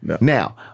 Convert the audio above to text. Now